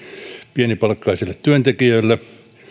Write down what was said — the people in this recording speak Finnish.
pienipalkkaisille työntekijöille